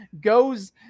goes